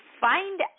find